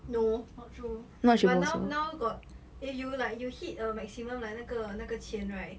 no not true but now now got if you like if you hit a maximum like 那个那个钱 right